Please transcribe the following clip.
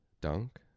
dunk